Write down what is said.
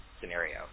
scenario